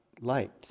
light